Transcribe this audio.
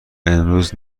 امروز